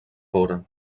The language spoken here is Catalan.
vora